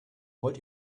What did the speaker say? wollt